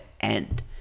end